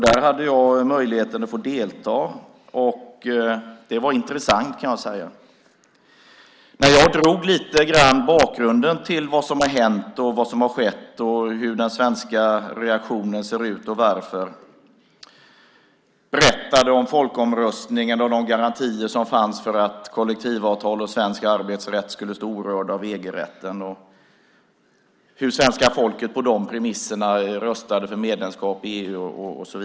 Där hade jag möjlighet att få delta, och det var intressant kan jag säga. Jag drog lite grann om bakgrunden till vad som har skett och hur den svenska reaktionen ser ut och varför. Jag berättade om folkomröstningen och de garantier som fanns för att kollektivavtal och svensk arbetsrätt skulle stå orörda av EG-rätten och hur svenska folket på de premisserna röstade för medlemskap i EU.